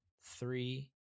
three